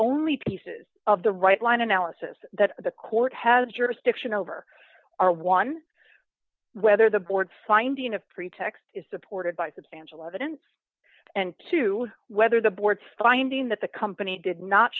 only pieces of the right line analysis that the court had jurisdiction over are one whether the board finding a pretext is supported by substantial evidence and to whether the board's finding that the company did not